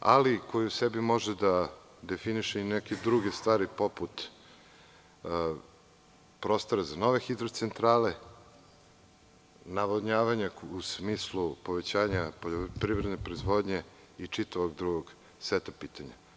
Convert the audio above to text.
ali koji u sebi može da definiše i neke druge stvari, poput prostora za nove hidrocentrale, navodnjavanje u smislu povećanja poljoprivredne proizvodnje i čitavog drugog seta pitanja.